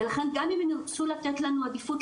ולכן גם אם הם ירצו לתת לנו עדיפות,